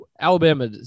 Alabama